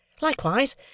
Likewise